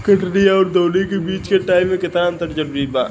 कटनी आउर दऊनी के बीच के टाइम मे केतना अंतर जरूरी बा?